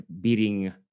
beating